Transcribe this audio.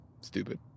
Stupid